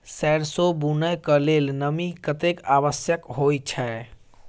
सैरसो बुनय कऽ लेल नमी कतेक आवश्यक होइ छै?